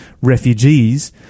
refugees –